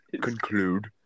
conclude